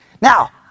Now